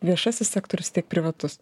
viešasis sektorius tiek privatus